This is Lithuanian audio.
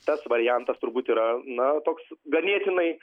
tas variantas turbūt yra na toks ganėtinai